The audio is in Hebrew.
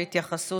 להתייחסות,